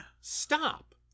Stop